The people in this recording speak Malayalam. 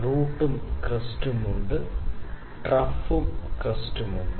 റൂട്ടും ക്രെസ്റ്റും ഉണ്ട് ട്രഫും ക്രെസ്റ്റും ഉണ്ട്